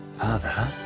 Father